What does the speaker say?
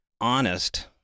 honest